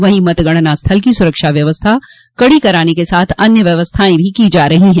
वहीं मतगणना स्थल की सुरक्षा व्यवस्था कड़ी कराने के साथ अन्य व्यवस्थाएं भी की जा रही है